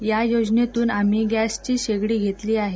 या योजनेतून आम्ही गॅसची शेगडी घेतली आहे